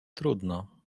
trudno